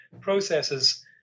processes